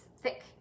thick